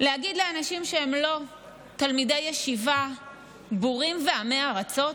להגיד לאנשים שהם לא תלמידי ישיבה "בורים ועמי ארצות"?